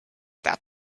that